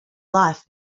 life